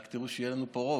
אם כך, יש לנו שלושה בעד,